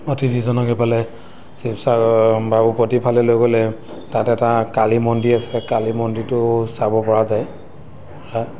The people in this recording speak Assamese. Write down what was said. অতিথিজনক এইফালে শিৱসাগৰ বাবুপতিৰ ফালে লৈ গ'লে তাত এটা কালী মন্দিৰ আছে কালী মন্দিৰটো চাব পৰা যায়